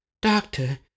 Doctor